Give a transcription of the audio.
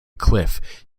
cliff